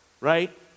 right